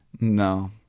No